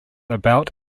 about